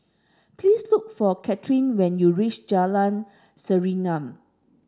please look for Cathrine when you reach Jalan Serengam